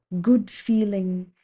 good-feeling